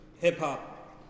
hip-hop